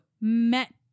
met